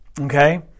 okay